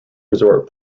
resort